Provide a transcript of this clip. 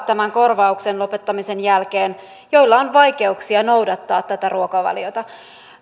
tämän korvauksen lopettamisen jälkeen vaikeuksia noudattaa tätä ruokavaliota